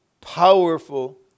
powerful